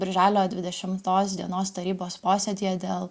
birželio dvidešimtos dienos tarybos posėdyje dėl